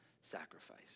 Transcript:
sacrifice